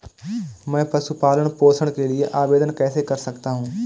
मैं पशु पालन पोषण के लिए आवेदन कैसे कर सकता हूँ?